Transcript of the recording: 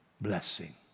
blessing